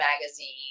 magazine